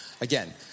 Again